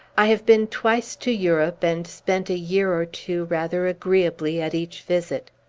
i have been twice to europe, and spent a year or two rather agreeably at each visit.